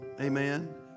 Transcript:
Amen